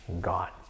god